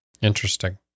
interesting